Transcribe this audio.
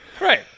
right